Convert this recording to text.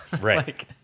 Right